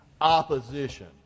Opposition